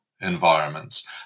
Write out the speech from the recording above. environments